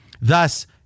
Thus